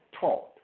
taught